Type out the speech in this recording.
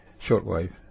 shortwave